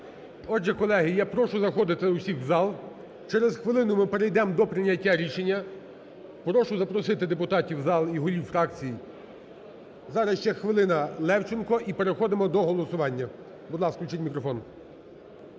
Отже, колеги, я прошу заходити всіх у зал, через хвилину ми перейдемо до прийняття рішення. Прошу запросити депутатів у зал і голів фракцій. Зараз ще хвилина – Левченко, і переходимо до голосування. Будь ласка, включіть мікрофон.